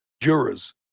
jurors